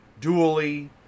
dually